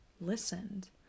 listened